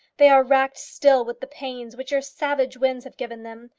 they are racked still with the pains which your savage winds have given them.